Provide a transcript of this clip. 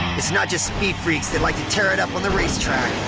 it's not just speed freaks that like to tear it up on the racetrack.